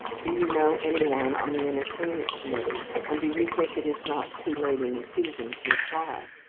do you know any one on the entertainment committee, and do you think it is not too late in the season to apply?